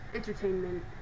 entertainment